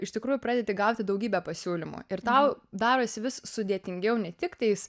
iš tikrųjų pradedi gauti daugybę pasiūlymų ir tau darosi vis sudėtingiau ne tik tais